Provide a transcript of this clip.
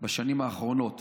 בשנים האחרונות,